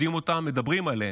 יודעים אותם, מדברים עליהם,